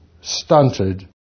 stunted